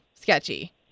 sketchy